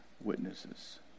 witnesses